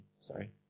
Sorry